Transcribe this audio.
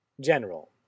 General